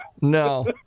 no